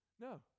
No